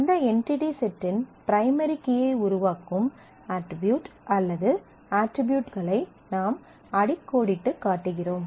அந்த என்டிடி செட்டின் பிரைமரி கீயை உருவாக்கும் அட்ரிபியூட் அல்லது அட்ரிபியூட்களை நாம் அடிக்கோடிட்டுக் காட்டுகிறோம்